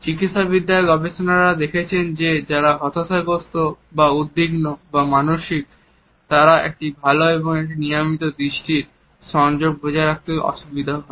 চিকিৎসাবিদ্যার গবেষকরা দেখেছেন যে যারা হতাশাগ্রস্ত বা উদ্বিগ্ন বা মানসিক তাদের একটি ভালো এবং নিয়মিত দৃষ্টির সংযোগ বজায় রাখতে অসুবিধা হয়